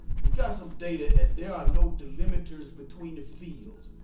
we've got some data and there are no delimiters between the fields.